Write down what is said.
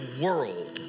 world